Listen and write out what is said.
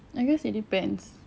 I guess it depends